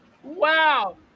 Wow